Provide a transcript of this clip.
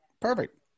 Perfect